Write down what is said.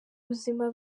ubuzima